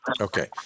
Okay